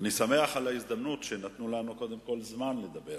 אני שמח שנתנו לנו קודם כול זמן לדבר.